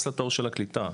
להיכנס לתור של הקליטה.